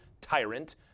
tyrant